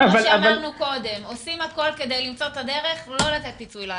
כמו שאמרנו קודם עושים הכול כדי למצוא את הדרך לא לתת פיצוי לאנשים.